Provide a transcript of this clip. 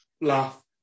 laugh